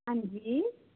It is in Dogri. हां जी